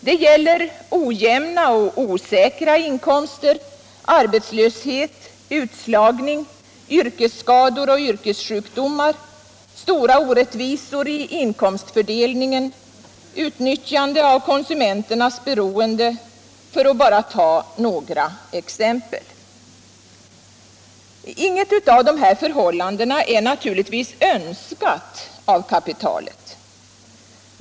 Det gäller olämna och osäkra inkomster, arbetslöshet, utslagning, yrkesskador och yrkessjukdomar, stora oriättvisor i inkomstfördelning, utnyttjunde av konsumenternas beroende — för att ta bara några exempel. Inget av dessa förhållanden är naturligtvis önskat av kapitalet.